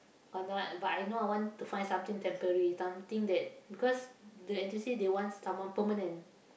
or not but I know I want to find something temporary something that because the N_T_U_C they want someone permanent